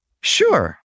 Sure